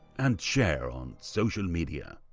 and share on social media.